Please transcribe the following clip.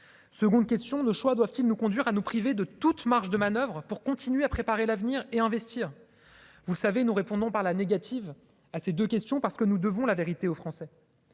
seconde question de choix doivent-ils nous conduire à nous priver de toute marge de manoeuvre pour continuer à préparer l'avenir et investir, vous savez, nous répondons par la négative à ces 2 questions, parce que nous devons la vérité aux Français